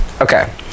okay